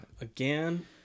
Again